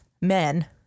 men